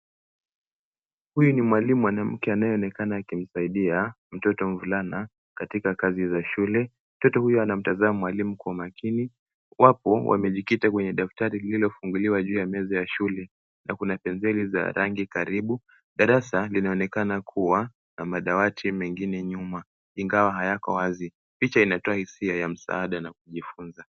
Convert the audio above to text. Huyu ni mwalimu mwanamke anayeonekana akimsaidia mtoto mvulana katika kazi za shule. Mtoto huyo anamtazama mwalimu kwa makini wapo wamejikita kwenye daftari lililofunguliwa kwenye meza za shule na kuna penseli za rangi karibu. Daraza inaonekana kuwa na madawati mengine nyuma ingawa hayako wazi. Picha inatoa hizia ya mzaada na kujifunza.